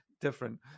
different